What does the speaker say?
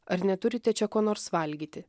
ar neturite čia ko nors valgyti